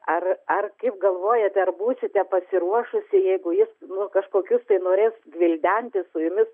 ar ar kaip galvojate ar būsite pasiruošusi jeigu jis nu kažkokius tai norės gvildenti su jumis